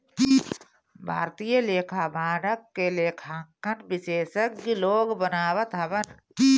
भारतीय लेखा मानक के लेखांकन विशेषज्ञ लोग बनावत हवन